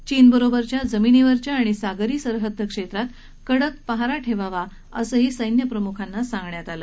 चीन बरोबरच्या जमिनीवरच्या आणि सागरी सरहद्द क्षेत्रात कडक पहारा ठेवावा असं स्थिप्रमुखांना सांगण्यात आलं